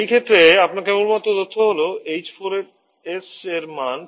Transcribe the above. এই ক্ষেত্রে আপনার কেবলমাত্র তথ্য হল H4S এর মান